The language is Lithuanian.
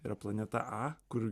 yra planeta a kur